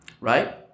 Right